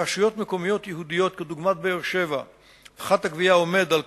ברשויות מקומיות יהודיות דוגמת באר-שבע פחת הגבייה עומד על כ-10%.